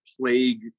plague